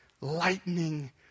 lightning